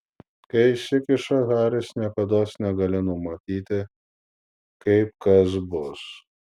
kai įsikiša haris niekados negali numatyti kaip kas bus